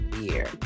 year